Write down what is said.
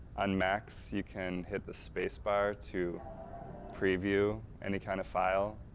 on macs you can hit the spacebar to preview any kind of file.